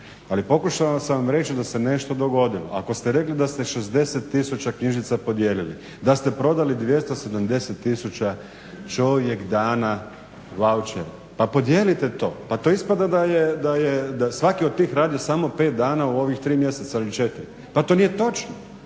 Ali pokušao sam vam reći da se nešto dogodilo, ako ste rekli da ste 60 tisuća knjižica podijelili da ste prodali 270 tisuća čovjek dana vaučer. Pa podijelite to pa to ispada da svaki od tih radi samo 5 dana u ovih tri mjeseca ili 4. Pa to nije točno.